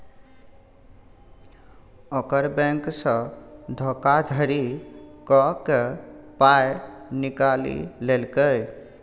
ओकर बैंकसँ धोखाधड़ी क कए पाय निकालि लेलकै